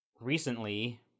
Recently